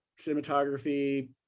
cinematography